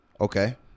Okay